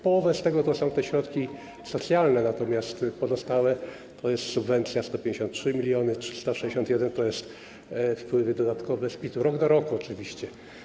Połowę z tego stanowią te środki socjalne, natomiast pozostałe to: subwencja - 153 mln 361, to są wpływy dodatkowe z PIT-u rok do roku oczywiście.